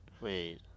Wait